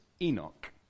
Enoch